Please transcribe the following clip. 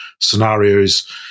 scenarios